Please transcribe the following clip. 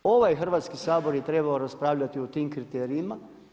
Ovaj Hrvatski sabor je trebao raspravljati o tim kriterijima.